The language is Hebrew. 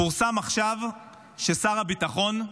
פורסם עכשיו ששר הביטחון,